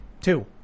Two